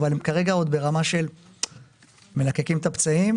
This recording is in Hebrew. אבל הם כרגע ברמה שהם עוד מלקקים את הפצעים.